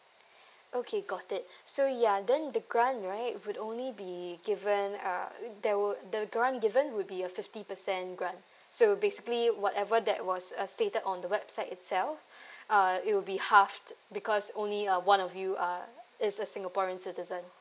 okay got it so ya then the grant right would only be given uh there would the grant given would be a fifty percent grant so basically whatever that was a stated on the website itself uh it will be halved because only uh one of you uh is a singaporean citizen